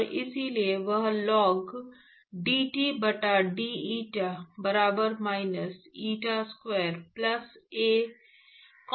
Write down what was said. और इसलिए वह लॉग dT बटा d eta बराबर माइनस eta स्क्वायर प्लस एक कांस्टेंट C1 होगा